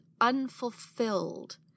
unfulfilled